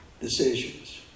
decisions